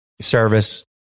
service